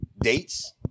dates